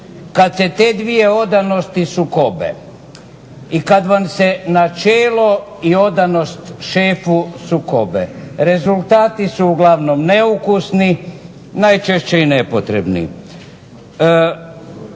kad se te dvije odanosti sukobe i kad vam se načelo i odanost šefu sukobe. Rezultati su uglavnom neukusni, najčešće i nepotrebni.